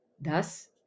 thus